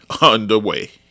underway